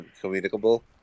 communicable